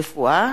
רפואה,